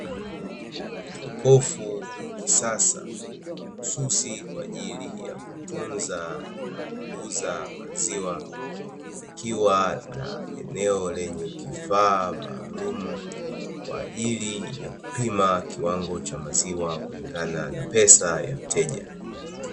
Jokofu la kisasa mahususi kwa ajili ya kutunza na kuuza maziwa likiwa na eneo lenye kifaa maalum kwa ajili ya kupima kiwango cha maziwa kulingana na pesa ya mteja.